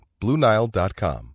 BlueNile.com